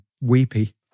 weepy